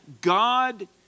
God